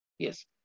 Yes